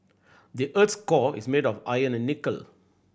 the earth's core is made of iron and nickel